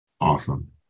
Awesome